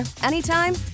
anytime